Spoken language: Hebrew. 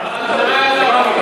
מוותר.